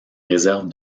réserve